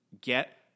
get